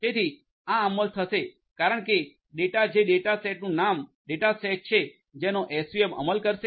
તેથી આ અમલ થશે કારણ કે ડેટા જે ડેટા સેટનું નામ ડેટાસેટ છે જેનો એસવીએમ અમલ કરશે